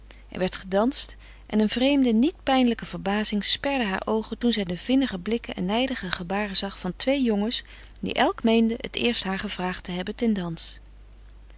er werd gedanst en een vreemde niet pijnlijke verbazing sperde haar oogen toen zij de vinnige blikken en nijdige gebaren zag van twee jongens die elk meenden t eerst haar gevraagd te hebben ten dans